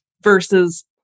versus